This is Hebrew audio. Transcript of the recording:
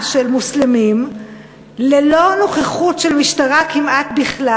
מוסלמים ללא נוכחות של משטרה כמעט בכלל.